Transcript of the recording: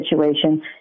situation